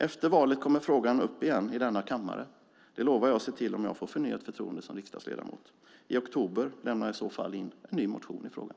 Efter valet kommer frågan upp igen i denna kammare. Det lovar jag att se till om jag får förnyat förtroende som riksdagsledamot. I oktober lämnar jag i så fall in en ny motion i frågan.